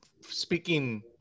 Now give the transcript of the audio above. Speaking